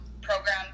program